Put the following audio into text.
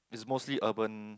is mostly urban